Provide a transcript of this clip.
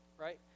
right